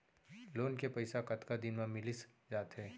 Loan के पइसा कतका दिन मा मिलिस जाथे?